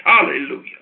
Hallelujah